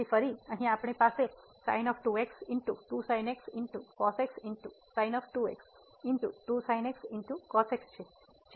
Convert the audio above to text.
તેથી ફરી અહીં આપણી પાસે છે જે ડિવાઈડ છે